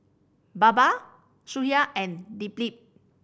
Baba Sudhir and Dilip